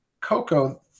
coco